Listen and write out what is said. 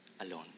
alone